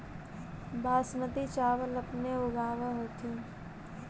बासमती चाबल अपने ऊगाब होथिं?